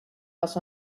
was